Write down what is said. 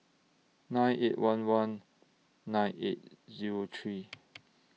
nine eight one one nine eight Zero three